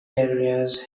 areas